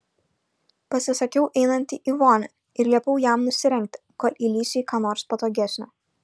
pasisakiau einanti į vonią ir liepiau jam nusirengti kol įlįsiu į ką nors patogesnio